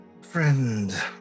Friend